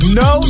no